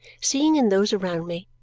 seeing in those around me,